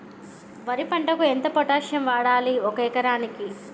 వరి పంటకు ఎంత పొటాషియం వాడాలి ఒక ఎకరానికి?